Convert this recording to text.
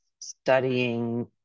studying